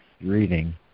reading